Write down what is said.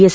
S